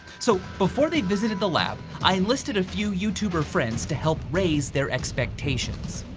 so before they visited the lab, i enlisted a few youtuber friends to help raise their expectations.